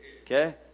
okay